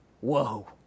whoa